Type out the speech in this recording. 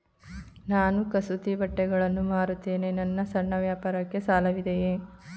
ನಾನು ಕಸೂತಿ ಬಟ್ಟೆಗಳನ್ನು ಮಾರುತ್ತೇನೆ ನನ್ನ ಸಣ್ಣ ವ್ಯಾಪಾರಕ್ಕೆ ಸಾಲವಿದೆಯೇ?